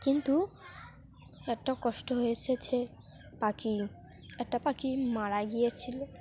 কিন্তু একটা কষ্ট হয়েছে যে পাখি একটা পাখি মারা গিয়েছিল